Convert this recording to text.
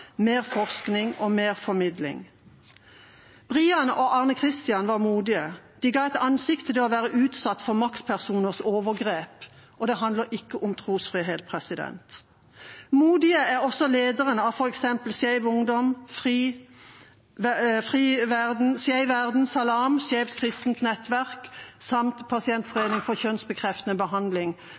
mer kunnskap, mer forskning og mer formidling. Brian og Arne Christian var modige. De ga et ansikt til det å være utsatt for maktpersoners overgrep, og det handler ikke om trosfrihet. Modige er også f.eks. lederen av Skeiv Ungdom, FRI, Skeiv verden, Salam, Skeivt kristent nettverk samt Pasientorganisasjonen for